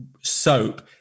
soap